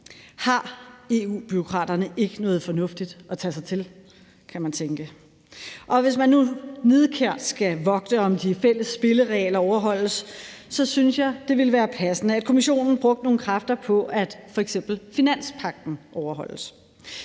Har EU-bureaukraterne ikke noget fornuftigt at tage sig til? kan man tænke. Hvis man nu skal vogte nidkært over, om de fælles spilleregler overholdes, så synes jeg, det ville være passende, at Kommissionen brugte nogle kræfter på, at f.eks. finanspagten overholdes.